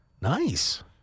Nice